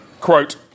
Quote